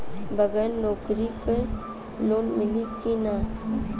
बगर नौकरी क लोन मिली कि ना?